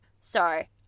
Sorry